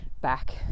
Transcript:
back